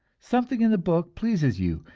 something in the book pleases you,